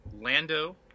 Lando